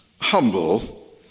humble